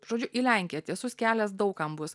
žodžiu į lenkiją tiesus kelias daug kam bus